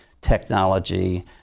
technology